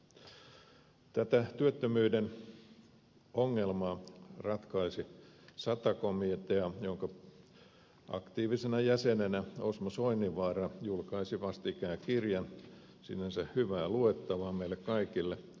tätä työttömyyden ongelmaa ratkaisi sata komitea jonka aktiivisena jäsenenä osmo soininvaara julkaisi vastikään kirjan sinänsä hyvää luettavaa meille kaikille